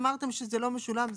אמרתם שזה לא משולם.